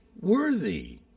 Worthy